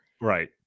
right